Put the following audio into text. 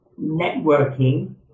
networking